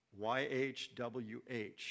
YHWH